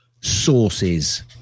sources